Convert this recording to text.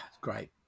great